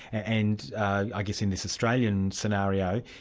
and i guess in this australian scenario,